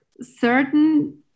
certain